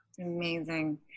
Amazing